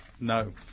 no